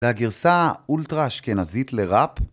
‫זו הגרסה אולטרה אשכנזית לראפ.